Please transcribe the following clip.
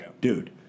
Dude